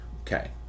Okay